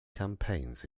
campaigns